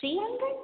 three hundred